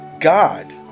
God